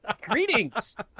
Greetings